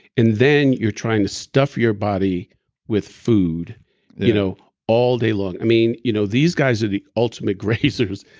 and then you're trying to stuff your body with food you know all day long. i mean you know these guys are the ultimate grazers.